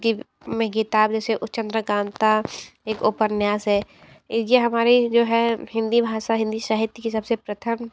कि मैं किताब जैसे वो चंद्रकांता एक उपन्यास है ये हमारी जो है हिंदी भाषा हिंदी साहित्य की सबसे प्रथम